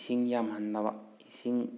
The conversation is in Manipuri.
ꯏꯁꯤꯡ ꯌꯥꯝꯍꯟꯗꯕ ꯏꯁꯤꯡ